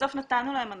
ובסוף נתנו להם הנחות,